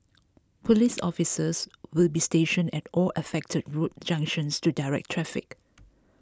police officers will be stationed at all affected road junctions to direct traffic